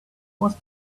was